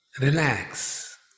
Relax